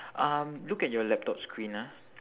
um look at your laptop screen ah